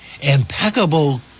impeccable